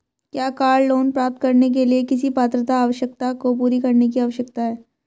क्या car loan प्राप्त करने के लिए किसी पात्रता आवश्यकता को पूरा करने की आवश्यकता है?